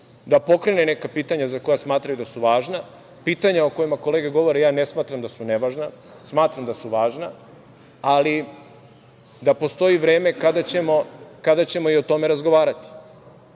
da pokrene neka pitanja za koja smatraju da su važna, pitanja o kojima kolega govori ja ne smatram da su nevažna, smatram da su važna, ali da postoji vreme kada ćemo i o tome razgovarati. Dakle,